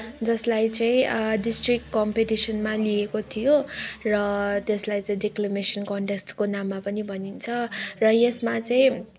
जसलाई चाहिँ डिस्ट्रिक्ट कम्पिटिसनमा लिएको थियो र त्यसलाई चाहिँ डिक्लामेसन कन्टेस्टको नाममा पनि भनिन्छ र यसमा चाहिँ